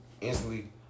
instantly